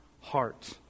heart